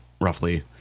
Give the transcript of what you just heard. roughly